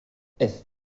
est